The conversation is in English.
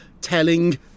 telling